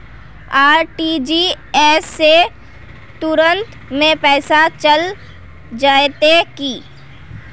RTGS से तुरंत में पैसा चल जयते की?